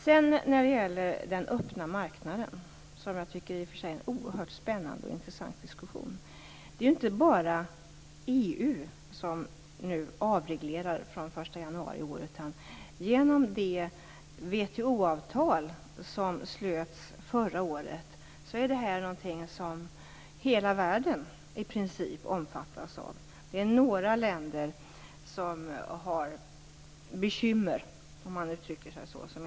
Så till den öppna marknaden. Det tycker jag är en oerhört spännande och intressant diskussion. Det är ju inte bara EU som nu avreglerar från den 1 januari i år. Genom det WTO-avtal som slöts förra året är det här något som i princip hela världen omfattas av. Det är några länder som har bekymmer, om man uttrycker sig så.